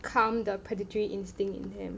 calm the predatory instinct in them